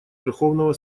верховного